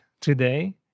today